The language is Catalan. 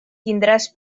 tindràs